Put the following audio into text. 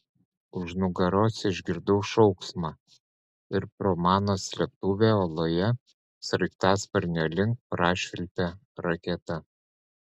už nugaros išgirdau šauksmą ir pro mano slėptuvę uoloje sraigtasparnio link prašvilpė raketa